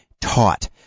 taught